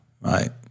right